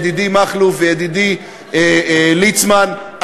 ידידי מכלוף וידידי ליצמן,